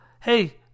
hey